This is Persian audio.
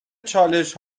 چالش